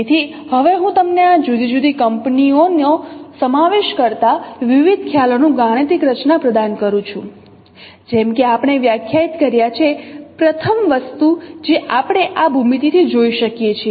તેથી હવે હું તમને આ જુદી જુદી કંપનીઓનો સમાવેશ કરતા વિવિધ ખ્યાલોનું ગાણિતિક રચના પ્રદાન કરું છું જેમ કે આપણે વ્યાખ્યાયિત કર્યા છે પ્રથમ વસ્તુ જે આપણે આ ભૂમિતિથી જોઈ શકીએ છીએ